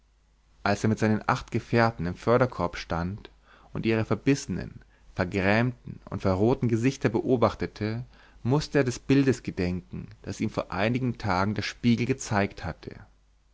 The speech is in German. als er mit seinen acht gefährten im förderkorb stand und ihre verbissenen vergrämten und verrohten gesichter beobachtete mußte er des bildes gedenken das ihm vor einigen tagen der spiegel gezeigt hatte